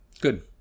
Good